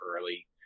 early